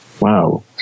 wow